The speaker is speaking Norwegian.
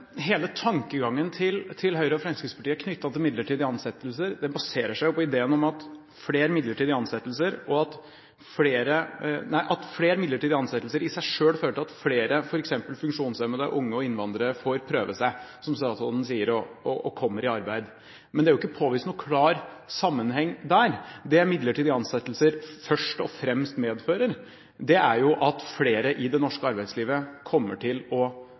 Hele tankegangen til Høyre og Fremskrittspartiet knyttet til midlertidige ansettelser baserer seg på ideen om at flere midlertidige ansettelser i seg selv fører til at flere, f.eks. funksjonshemmede, unge og innvandrere, får prøve seg – som statsråden sier – og kommer i arbeid, men det er jo ikke påvist noen klar sammenheng der. Det som midlertidige ansettelser først og fremst medfører, er jo at flere i det norske arbeidslivet kommer til å